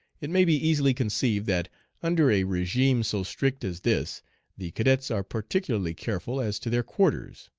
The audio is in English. it may be easily conceived that under a regime so strict as this the cadets are particularly careful as to their quarters,